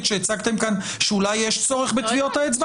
שהצגתם כאן שאולי יש צורך בטביעות האצבע?